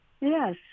Yes